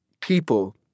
people